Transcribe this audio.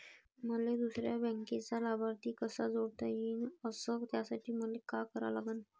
मले दुसऱ्या बँकेचा लाभार्थी कसा जोडता येईन, अस त्यासाठी मले का करा लागन?